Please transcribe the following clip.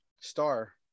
star